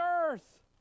earth